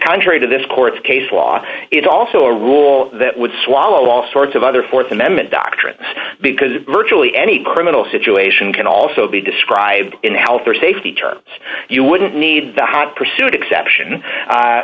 contrary to this court case law is also a rule that would swallow all sorts of other th amendment doctrines because virtually any criminal situation can also be described in health or safety terms you wouldn't need the hot pursuit exception